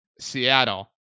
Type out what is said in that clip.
seattle